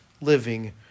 living